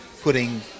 putting